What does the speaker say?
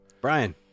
Brian